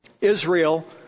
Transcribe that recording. Israel